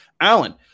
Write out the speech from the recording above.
Alan